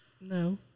No